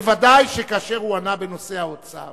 ודאי שכאשר הוא ענה בנושא האוצר